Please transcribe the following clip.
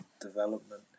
development